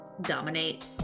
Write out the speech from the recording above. dominate